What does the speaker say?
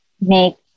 make